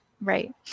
right